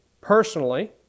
personally